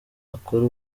akore